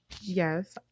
Yes